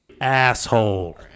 Asshole